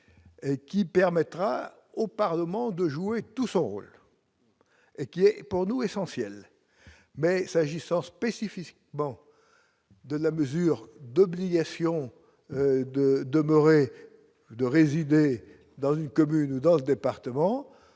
qui permettra au Parlement de jouer tout son rôle et qui est pour nous essentiel, mais s'agissant spécificité bon de la mesure d'obligation de demeurer de résider dans une commune ou d'autres départements,